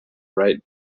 right